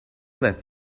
left